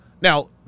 Now